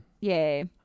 Yay